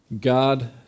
God